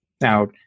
Now